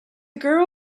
girl